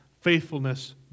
faithfulness